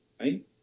Right